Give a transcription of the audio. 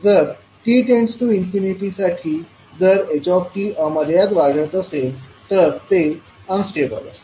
जर t→∞ साठी जर h अमर्याद वाढत असेल तर ते अन्स्टेबल असेल